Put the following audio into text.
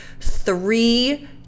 three